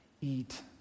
eat